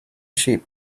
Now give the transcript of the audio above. cheap